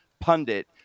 pundit